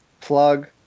Plug